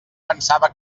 pensava